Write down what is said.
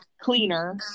cleaner